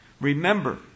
Remember